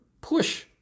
Push